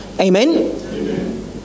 Amen